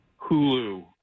Hulu